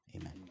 Amen